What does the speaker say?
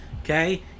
okay